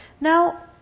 Now